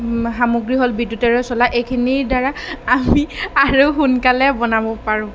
সামগ্ৰী হ'ল বিদ্যুতেৰে চলা এইখিনিৰ দ্বাৰা আমি আৰু সোনকালে বনাব পাৰোঁ